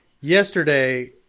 yesterday